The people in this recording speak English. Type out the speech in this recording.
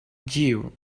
gear